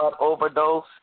overdose